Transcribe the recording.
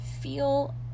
feel